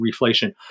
reflation